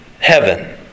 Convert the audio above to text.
heaven